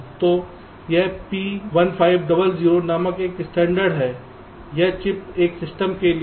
तो यह P1500 नामक एक स्टैण्डर्ड है यह चिप पर सिस्टम के लिए है